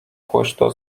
głośno